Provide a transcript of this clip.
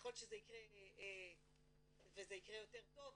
וככל שזה יקרה יותר טוב,